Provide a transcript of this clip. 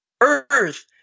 earth